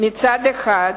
מצד אחד